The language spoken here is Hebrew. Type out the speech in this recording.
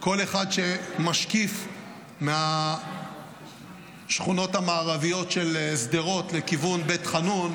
כל אחד שמשקיף מהשכונות המערביות של שדרות לכיוון בית חאנון,